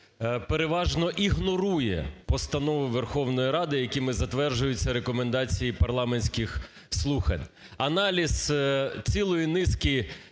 переважно ігнорує постанови Верховної Ради, якими затверджуються рекомендації парламентських слухань. Аналіз цілої низки